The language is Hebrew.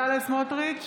סמוטריץ'